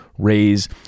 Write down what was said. Raise